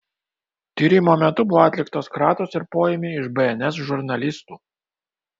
tyrimo metu buvo atliktos kratos ir poėmiai iš bns žurnalistų